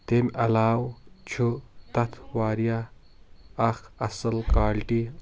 تیٚمہِ علاوٕ چھُ تتھ واریاہ اکھ اصل کالٹی